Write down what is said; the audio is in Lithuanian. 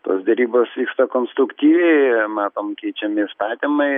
tos derybos vyksta konstruktyviai matom keičiami įstatymai